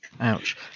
ouch